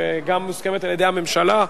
וגם מוסכמת על-ידי הממשלה,